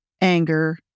anger